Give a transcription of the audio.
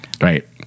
Right